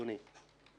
אדוני,